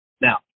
Now